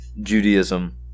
Judaism